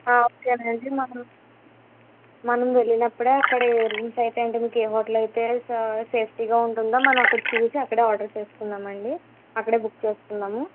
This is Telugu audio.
ఓకేనండి మనం మనం వెళ్ళినప్పుడే అక్కడ ఏ రూమ్స్ అయితే అంటే మీకు ఏ హోటల్ అయితే స సేఫ్టీగా ఉంటుందో మనం అక్కడ చూసి అక్కడే ఆర్డర్ చేసుకుందామండి అక్కడే బుక్ చేసుకుందాము